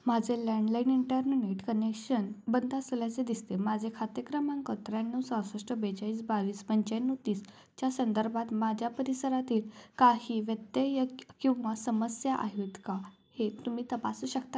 माझे landline internet connection बंद असल्याचे दिसते माझे खाते क्रमांक त्र्याण्णव सहासष्ट बेचाळीस बावीस पंचाण्णव तीस च्या संदर्भात माझ्या परिसरातील काही व्यत्यय किंवा समस्या आहेत का हे तुम्ही तपासू शकता